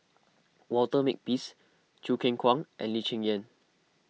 Walter Makepeace Choo Keng Kwang and Lee Cheng Yan